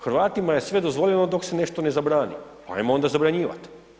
Hrvatima je sve dozvoljeno dok se nešto ne zabrani, pa ajmo onda zabranjivat.